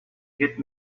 get